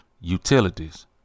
utilities